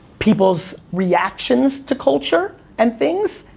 people's reactions to culture and things,